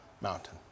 mountain